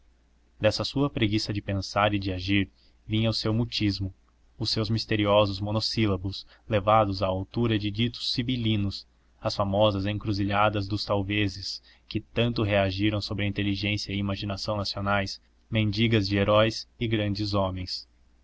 administrativas dessa preguiça de pensar e de agir vinha o seu mutismo os seus misteriosos monossílabos levados à altura de ditos sibilinos as famosas encruzilhadas dos talvezes que tanto reagiram sobre a inteligência e imaginação nacionais mendigas de heróis e grandes homens